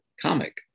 comic